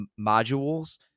modules